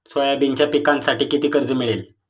सोयाबीनच्या पिकांसाठी किती कर्ज मिळेल?